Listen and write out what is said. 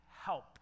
help